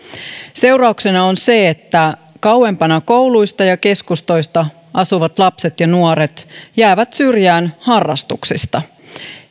seurauksena on se että kauempana kouluista ja keskustoista asuvat lapset ja nuoret jäävät syrjään harrastuksista